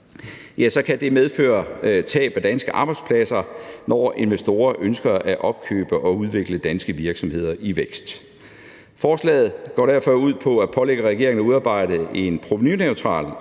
kan det medføre tab af danske arbejdspladser, når investorer ønsker at opkøbe og udvikle danske virksomheder i vækst. Forslaget går derfor ud på at pålægge regeringen at udarbejde en provenuneutral